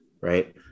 right